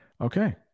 okay